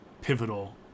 pivotal